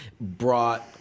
brought